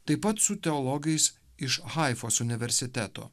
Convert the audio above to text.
taip pat su teologais iš haifos universiteto